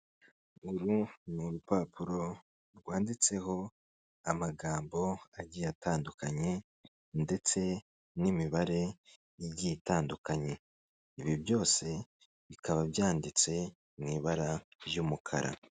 Uru ni urupapuro rwanditseho amagambo agiye atandukanye ndetse n'imibare igiye itandukanye, ibi byose bikaba byanditse mu ibara ry'umukara.